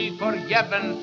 forgiven